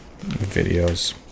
videos